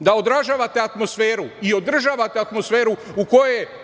da odražavate atmosferu i održavate atmosferu u kojoj